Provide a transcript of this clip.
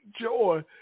joy